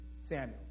Samuel